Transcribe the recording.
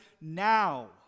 now